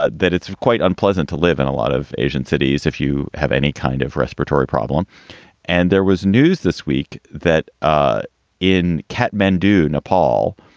ah that it's quite unpleasant to live in a lot of asian cities. if you have any kind of respiratory problem and there was news this week that ah in katmandu, nepal,